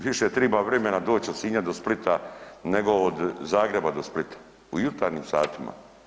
Više treba vremena doći od Sinja do Splita, nego od Zagreba do Splita u jutarnjim satima.